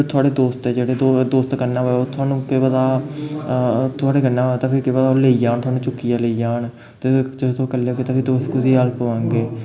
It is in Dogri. थुआढ़े दोस्त जेह्ड़े दो दोस्त कन्नै होऐ ओह् थुहानूं केह् पता थुआढ़े कन्नै होऐ ते फ्ही केह् पता थुहानूं लेई जान चुक्कियै लेई जान ते जे तुस कल्ले होगे ते फ्ही तुस कोह्दी हैल्प मंगगे